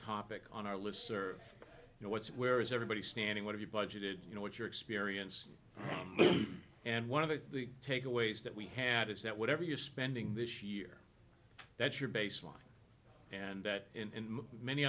topic on our list serve you know what's where is everybody standing what are you budgeted you know what your experience and one of the takeaways that we have is that whatever you're spending this year that your baseline and that in many